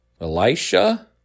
Elisha